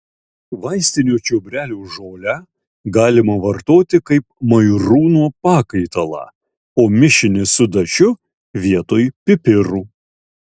vaistinio čiobrelio žolę galima vartoti kaip mairūno pakaitalą o mišinį su dašiu vietoj pipirų